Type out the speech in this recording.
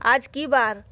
আজ কী বার